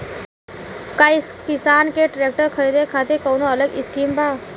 का किसान के ट्रैक्टर खरीदे खातिर कौनो अलग स्किम बा?